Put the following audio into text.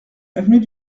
avenue